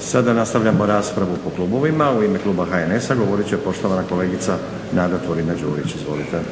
(SDP)** Sada nastavljamo raspravu po klubovima. U ime kluba HNS-a govorit će poštovana kolegica Nada Turina-Đurić. Izvolite.